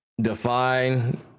define